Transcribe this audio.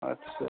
আচ্ছা